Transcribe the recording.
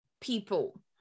people